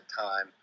time